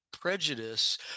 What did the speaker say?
prejudice